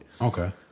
Okay